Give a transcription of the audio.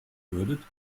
würdet